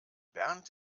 bernd